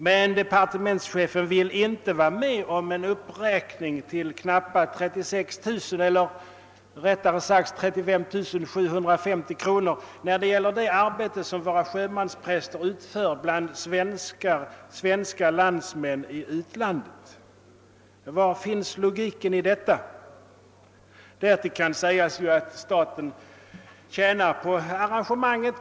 Men departementschefen vill inte gå med på en uppräkning till knappt 36 000 kronor eller rättare sagt 30 750 kronor när det gäller det arbete som våra sjömanspräster utför bland landsmän i utlandet. Var finns logiken? Det kan också tilläggas att staten skulle tjäna på arrangemanget som vi föreslår.